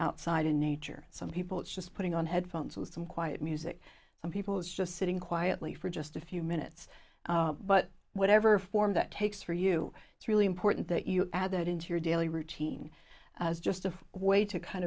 outside in nature some people just putting on headphones with some quiet music some people just sitting quietly for just a few minutes but whatever form that takes for you it's really important that you add that into your daily routine as just a way to kind